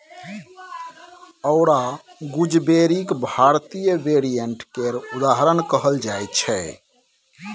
औरा गुजबेरीक भारतीय वेरिएंट केर उदाहरण कहल जाइ छै